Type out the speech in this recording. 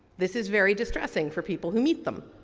this is very distressing for people who meet them.